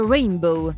Rainbow